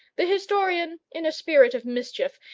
the historian, in a spirit of mischief,